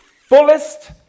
fullest